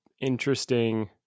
interesting